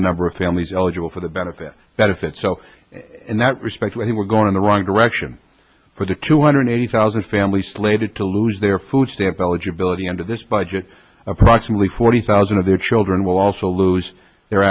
the number of families eligible for the benefit that if it so in that respect where they were going in the wrong direction for the two hundred eighty thousand families slated to lose their food stamp eligibility under this budget approximately forty thousand of their children will also lose their